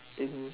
in